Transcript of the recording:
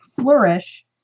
flourish